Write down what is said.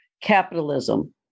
capitalism